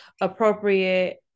appropriate